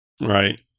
Right